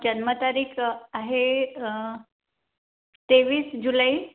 जन्मतारीख आहे तेवीस जुलै